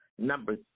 Number